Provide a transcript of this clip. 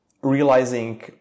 realizing